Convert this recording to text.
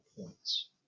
points